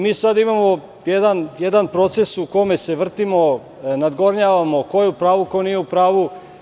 Mi sada imamo jedan proces u kome se vrtimo, nadgornjavamo ko je u pravu, ko nije u pravu.